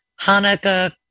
Hanukkah